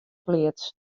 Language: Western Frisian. pleats